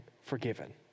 forgiven